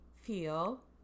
feel